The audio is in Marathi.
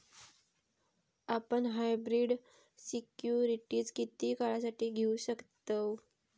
आपण हायब्रीड सिक्युरिटीज किती काळासाठी घेऊ शकतव